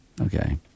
Okay